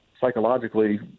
psychologically